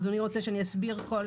אדוני רוצה שאני אסביר כל